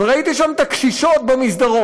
וראיתי שם את הקשישות במסדרון.